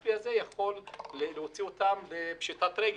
הכספי הזה יכול להביא אותם לפשיטת רגל.